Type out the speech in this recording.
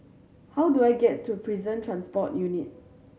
how do I get to Prison Transport Unit